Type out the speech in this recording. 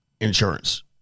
Insurance